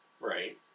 Right